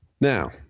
Now